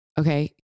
Okay